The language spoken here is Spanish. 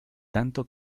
tanto